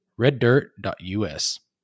reddirt.us